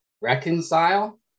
reconcile